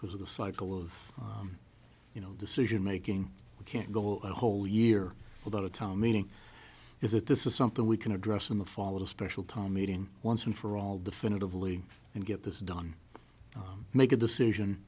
because of the cycle of you know decision making you can't go a whole year without a town meeting is it this is something we can address in the fall with a special time meeting once and for all definitively and get this done make a decision